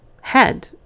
head